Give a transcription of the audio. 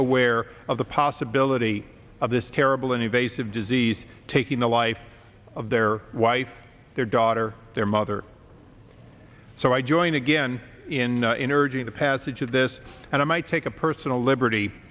aware of the possibility of this terrible invasive disease taking the life of their wife their daughter their mother so i joined again in in urging the passage of this and i might take a personal liberty